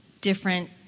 different